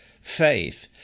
faith